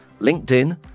LinkedIn